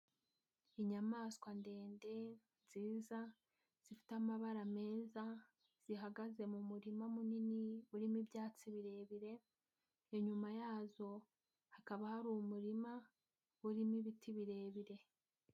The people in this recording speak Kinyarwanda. Inyamaswa ndende nziza zifite amabara meza, zihagaze mu murima munini urimo ibyatsi birebire, inyuma yazo hakaba hari umurima urimo ibiti birebire.